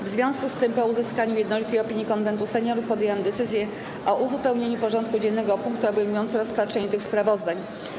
W związku z tym, po uzyskaniu jednolitej opinii Konwentu Seniorów, podjęłam decyzję o uzupełnieniu porządku dziennego o punkty obejmujące rozpatrzenie tych sprawozdań.